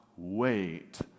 Wait